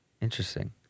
Interesting